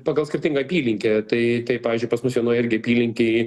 pagal skirtingą apylinkę tai tai pavyzdžiui pas mus vienoj irgi apylinkėj